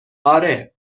آره